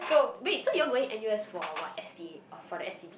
wait so you all going N_U_S for what S_T_A or for the S_T_B